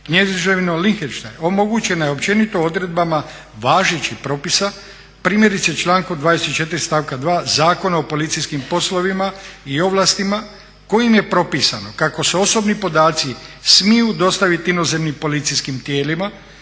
Kneževinom Lihtenštajn omogućena je općenito odredbama važećih propisa, primjerice člankom 24.stavka 2. Zakona o policijskim poslovima i ovlastima kojima je propisano kako se osobni podaci smiju dostaviti inozemnim policijskim tijelima